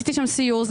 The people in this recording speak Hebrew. עשיתי שם סיור.